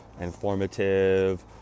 informative